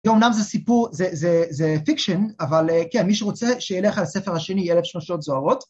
‫ואומנם זה סיפור, זה ... זה... זה פיקשן, ‫אבל כן, מי שרוצה שילך ‫על הספר השני אלף שמשות זוהרות.